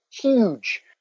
huge